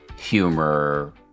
Humor